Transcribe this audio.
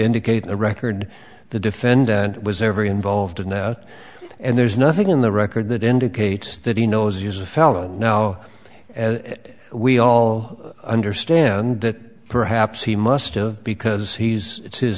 indicate the record the defendant was ever involved in that and there's nothing in the record that indicates that he knows use a felony now as we all understand that perhaps he must've because he's